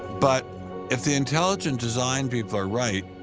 but if the intelligent design people are right,